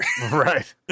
Right